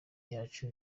yacu